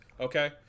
okay